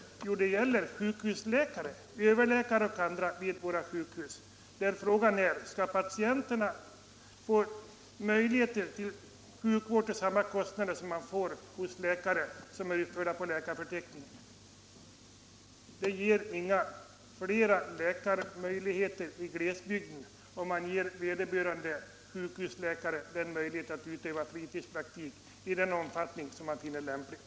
Jo, det gäller sjukhusläkare — överläkare och andra läkare vid våra sjukhus. Frågan är om patienterna skall kunna få sjukvård till samma kostnader som hos läkare som är uppförda på läkarförteckning. Det blir inte färre vårdtillfällen i glesbygden, om man ger vederbörande sjukhusläkare möjlighet att utöva fritidspraktik i den omfattning de finner det lämpligt.